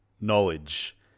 knowledge